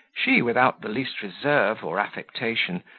she, without the least reserve or affectation,